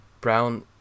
brown